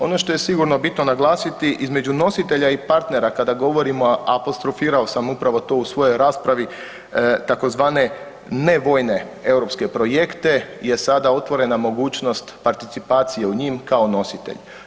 Ono što je sigurno bitno naglasiti, između nositelja i partnera, kada govorimo, a apostrofirao sam upravo to u svojoj raspravi, tzv. nevojne europske projekte je sada otvorena mogućnost participacije u njima kao nositelj.